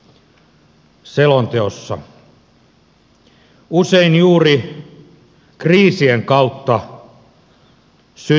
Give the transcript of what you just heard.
usein juuri kriisien kautta syntyy uutta